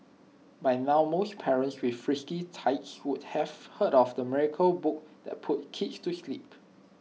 by now most parents with frisky tykes would have heard of the miracle book that puts kids to sleep